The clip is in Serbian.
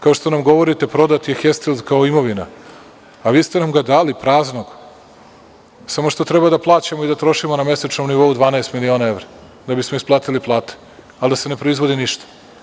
Kao što nam govorite – prodat je „Hestil“ kao imovina, a vi ste nam ga dali praznog, samo što treba da plaćamo i da trošimo na mesečnom nivou 12 miliona evra da bismo isplatili plate, a da se ne proizvodi ništa.